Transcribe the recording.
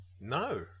no